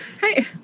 Hey